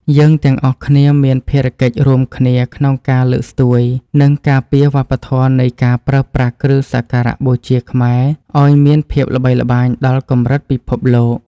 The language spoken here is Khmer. យើងទាំងអស់គ្នាមានភារកិច្ចរួមគ្នាក្នុងការលើកស្ទួយ និងការពារវប្បធម៌នៃការប្រើប្រាស់គ្រឿងសក្ការបូជាខ្មែរឱ្យមានភាពល្បីល្បាញដល់កម្រិតពិភពលោក។